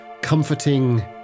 comforting